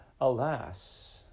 Alas